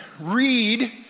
read